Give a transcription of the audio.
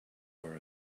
were